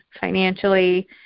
financially